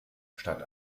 statt